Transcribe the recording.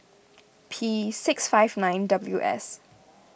P six five nine W S